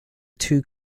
two